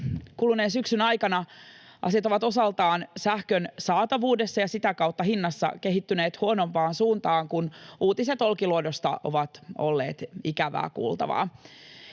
kuluneen syksyn aikana asiat ovat osaltaan sähkön saatavuudessa ja sitä kautta hinnassa kehittyneet huonompaan suuntaan, kun uutiset Olkiluodosta ovat olleet ikävää kuultavaa.